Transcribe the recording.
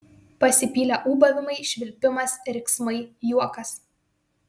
pasipylė ūbavimai švilpimas riksmai juokas